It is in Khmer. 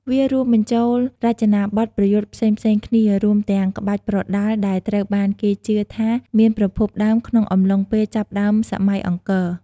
វារួមបញ្ចូលរចនាបទប្រយុទ្ធផ្សេងៗគ្នា រួមទាំង ក្បាច់ប្រដាល់ ដែលត្រូវបានគេជឿថាមានប្រភពដើមក្នុងអំឡុងពេលចាប់ផ្តើមសម័យអង្គរ។